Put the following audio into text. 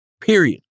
Period